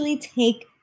Take